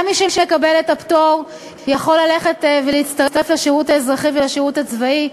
גם מי שמקבל את הפטור יכול ללכת ולהצטרף לשירות האזרחי ולשירות הצבאי,